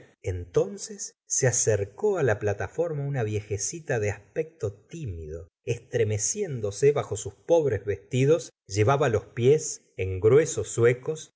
entonces se acercó la plataforma una viejecita de aspecto tímido extremeciéndose bajo sus pobres vestidos llevaba los pies en gruesos zuecos